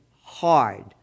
hard